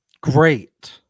Great